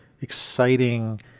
exciting